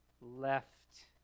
left